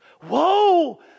Whoa